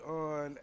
on